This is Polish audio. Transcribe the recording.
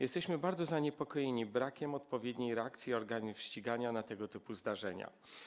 Jesteśmy bardzo zaniepokojeni brakiem odpowiedniej reakcji organów ścigania na tego typu zdarzenia.